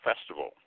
Festival